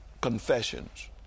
confessions